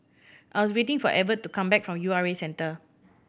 I am waiting for Evert to come back from U R A Centre